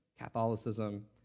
Catholicism